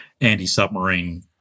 anti-submarine